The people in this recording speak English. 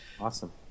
Awesome